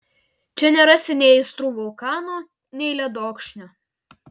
čia nerasi nei aistrų vulkano nei ledokšnio